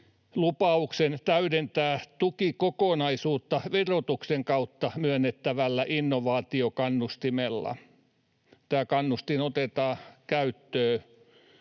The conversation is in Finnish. lupauksen täydentää tukikokonaisuutta verotuksen kautta myönnettävällä innovaatiokannustimella. Tämä kannustin otetaan käyttöön